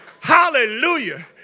Hallelujah